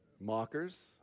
mockers